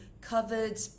covered